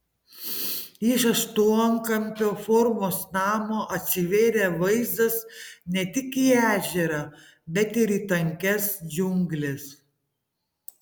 iš aštuonkampio formos namo atsivėrė vaizdas ne tik į ežerą bet ir į tankias džiungles